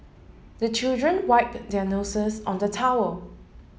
the children wipe their noses on the towel